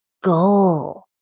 goal